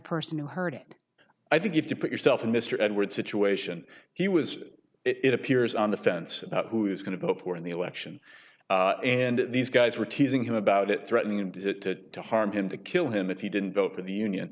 person who heard it i think if to put yourself in mr edwards situation he was it appears on the fence about who is going to vote for the election and these guys were teasing him about it threatening to harm him to kill him if he didn't vote for the union